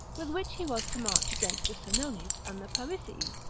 with which he was to march against the senones and the parisii,